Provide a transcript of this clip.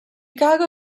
chicago